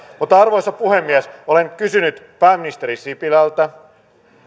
mutta arvoisa puhemies olen kysynyt pääministeri sipilältä